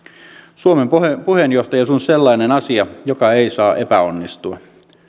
suomen puheenjohtajuus on sellainen asia joka ei saa epäonnistua